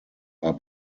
are